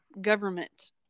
government